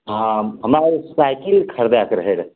हमरा एक साइकिल खरीदैके रहै रऽ